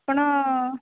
ଆପଣ